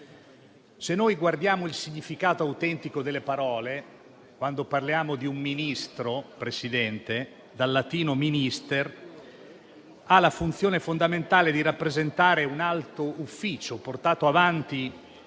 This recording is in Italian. Se noi guardiamo al significato autentico delle parole, un Ministro, Presidente, dal latino *minister*, ha la funzione fondamentale di rappresentare un alto ufficio portato avanti